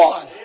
One